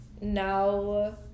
now